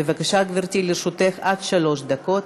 בבקשה, גברתי, לרשותך עד שלוש דקות.